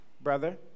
brother